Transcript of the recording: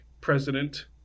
president